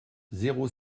zéro